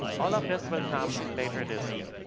all of this will come later this year.